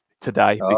today